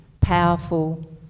powerful